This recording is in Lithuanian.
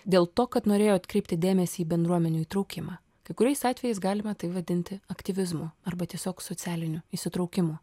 dėl to kad norėjo atkreipti dėmesį į bendruomenių įtraukimą kai kuriais atvejais galime tai vadinti aktyvizmu arba tiesiog socialiniu įsitraukimu